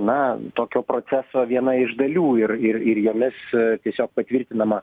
na tokio proceso viena iš dalių ir ir ir jomis tiesiog patvirtinama